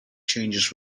changes